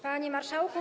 Panie Marszałku!